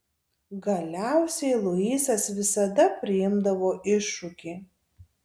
galiausiai luisas visada priimdavo iššūkį